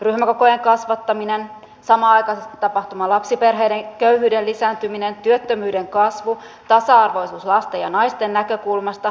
ryhmäkokojen kasvattaminen samanaikaisesti tapahtuva lapsiperheiden köyhyyden lisääntyminen työttömyyden kasvu tasa arvoisuus lasten ja naisten näkökulmasta